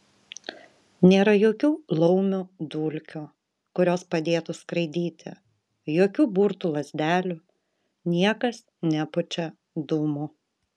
nėra jokių laumių dulkių kurios padėtų skraidyti jokių burtų lazdelių niekas nepučia dūmų